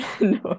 No